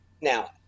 now